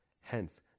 Hence